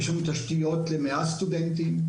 יש לנו תשתיות למאה סטודנטים,